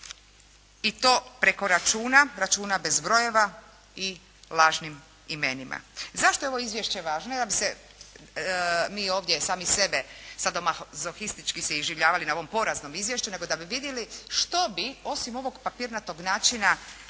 i to preko računa, računa bez brojeva i lažnim imenima. Zašto je ovo izvješće važno? Ja bih se, mi ovdje sami sebe sada mazohistički se iživljavali na ovom poreznom izvješću, nego da bi vidjeli što bi osim ovog papirnatog načina